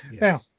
Now